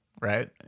right